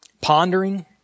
pondering